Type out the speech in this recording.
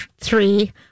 three